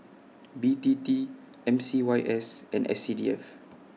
B T T M C Y S and S C D F